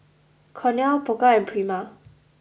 Cornell Pokka and Prima